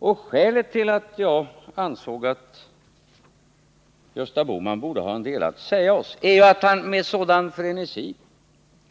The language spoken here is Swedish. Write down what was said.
Och skälet till att jag ansåg att Gösta Bohman borde ha en del att säga oss är att han med sådan frenesi